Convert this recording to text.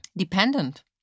Dependent